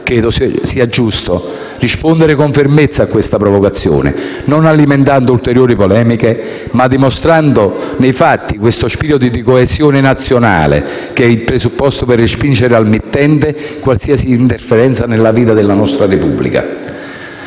Credo sia giusto rispondere con fermezza a questa provocazione, senza alimentare ulteriori polemiche, ma dimostrando nei fatti questo spirito di coesione nazionale che è il presupposto per respingere al mittente qualsiasi interferenza nella vita della nostra Repubblica.